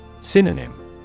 Synonym